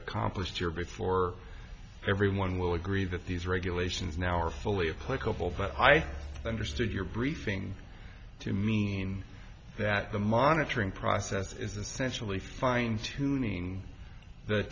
accomplished here before everyone will agree that these regulations now are fully of clickable but i understood your briefing to mean that the monitoring process is essentially fine tuning the